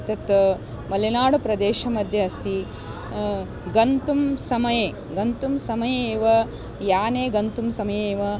तत् मलेनाडुप्रदेशमध्ये अस्ति गन्तुं समये गन्तुं समये एव याने गन्तुं समये एव